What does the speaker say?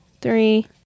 Three